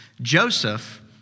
Joseph